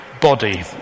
body